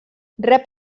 rep